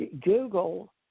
Google